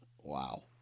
Wow